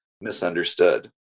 misunderstood